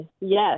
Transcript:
Yes